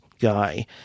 guy